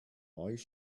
mbeidh